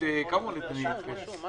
ו-PET